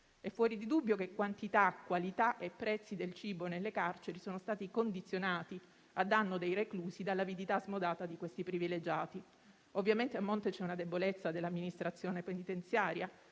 È fuori di dubbio che quantità, qualità e prezzi del cibo nelle carceri sono stati condizionati a danno dei reclusi dall'avidità smodata di questi privilegiati. Ovviamente a monte c'è una debolezza dell'amministrazione penitenziaria,